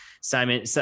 Simon